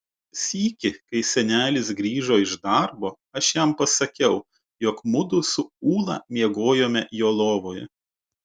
sykį kai senelis grįžo iš darbo aš jam pasakiau jog mudu su ūla miegojome jo lovoje